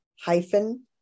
hyphen